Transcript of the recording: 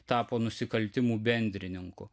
tapo nusikaltimų bendrininku